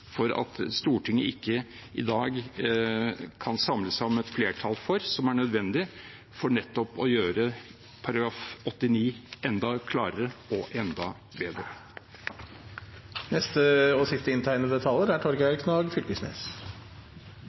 for at Stortinget ikke i dag kan samle seg om et flertall, som er nødvendig, for nettopp å gjøre § 89 enda klarere og enda bedre. Det som gjer denne saka spesiell, er